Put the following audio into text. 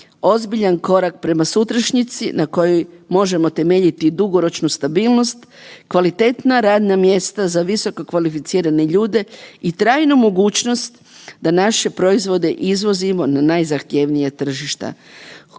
ozbiljan korak prema sutrašnjici, na kojoj možemo temeljiti dugoročnu stabilnost, kvalitetna radna mjesta za visoko kvalificirane ljude i trajnu mogućnost da naše proizvode izvozimo na najzahtjevnija tržišta.